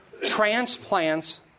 transplants